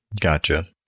Gotcha